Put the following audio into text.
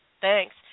Thanks